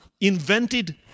invented